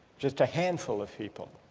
just a handful of people.